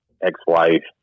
ex-wife